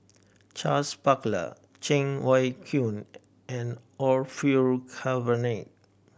Charles Paglar Cheng Wai Keung and Orfeur Cavenagh